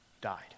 died